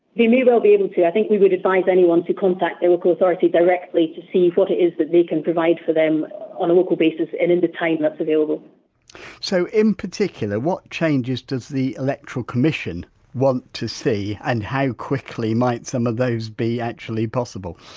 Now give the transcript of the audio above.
they may well be able to, i think we would advise anyone to contact their local authority directly to see what it is that they can provide for them on a local basis and in the time that's available so, in particular what changes does the electoral commission want to see and how quickly might some of those be actually possible?